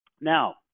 Now